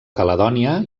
caledònia